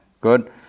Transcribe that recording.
Good